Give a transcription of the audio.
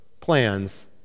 plans